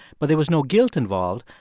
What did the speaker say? but there was no guilt involved.